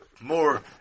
more